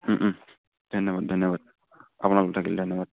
ধন্যবাদ ধন্যবাদ আপোনালোক থাকিল ধন্যবাদ